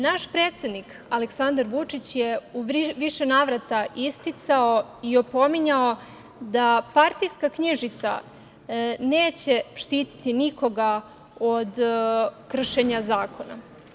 Naš predsednik Aleksandar Vučić je u više navrata isticao i opominjao da partijska knjižica neće štititi nikoga od kršenja zakona.